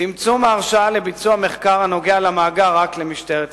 צמצום ההרשאה לביצוע מחקר הנוגע למאגר רק למשטרת ישראל,